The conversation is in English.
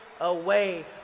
away